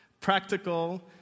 practical